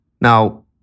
Now